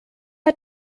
hat